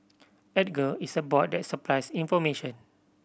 Edgar is a bot that supplies information